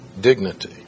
dignity